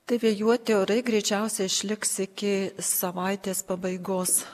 taip vėjuoti orai greičiausiai išliks iki savaitės pabaigos